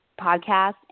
podcast